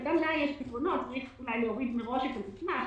אבל גם לה יש פתרונות אולי להדריך מראש איך להוריד את הסיסמה,